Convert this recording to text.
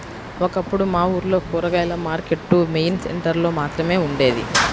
ఒకప్పుడు మా ఊర్లో కూరగాయల మార్కెట్టు మెయిన్ సెంటర్ లో మాత్రమే ఉండేది